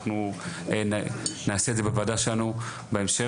אנחנו נעשה את זה בוועדה שלנו בהמשך,